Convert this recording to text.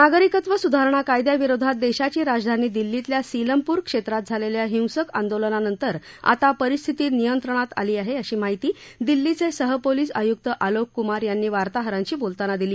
नागरिकत्व सुधारणा कायद्याविरोधात देशाची राजधानी दिल्लीतल्या सीलमपूर क्षेत्रात झालेल्या हिंसक आंदोलनानंतर आता परिस्थिती नियंत्रणात आली आहे अशी माहिती दिल्लीचे सहपोलीस आयुक्त अलोक कुमार यांनी वार्ताहरांशी बोलताना दिली